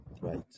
right